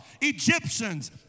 Egyptians